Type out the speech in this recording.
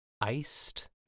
iced